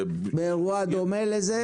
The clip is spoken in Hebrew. באירוע דומה לזה?